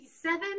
seven